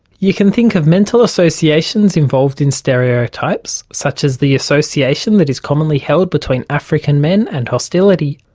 you can think of mental associations involved in stereotypes, such as the association that is commonly held between african men and hostility,